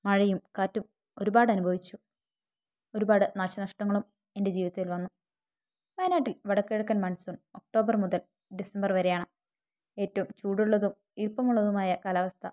മഴയും കാറ്റും ഒരുപാട് അനുഭവിച്ചു ഒരുപാട് നാശനഷ്ടങ്ങളും എൻ്റെ ജീവിതത്തിൽ വന്നു വയനാട്ടിൽ വടക്കു കിഴക്കൻ മൺസൂൺ ഒക്ടോബർ മുതൽ ഡിസംബർ വരെയാണ് ഏറ്റവും ചൂടുള്ളതും ഈർപ്പമുള്ളതുമായ കാലാവസ്ഥ